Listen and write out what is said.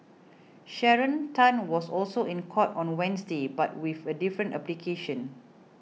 Sharon Tan was also in court on Wednesday but with a different application